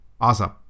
Awesome